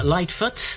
Lightfoot